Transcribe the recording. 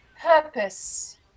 purpose